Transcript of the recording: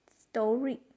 story